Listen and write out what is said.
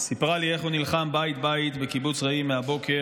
היא סיפרה לי איך הוא נלחם בית בית בקיבוץ רעים מהבוקר.